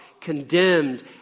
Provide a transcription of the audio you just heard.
condemned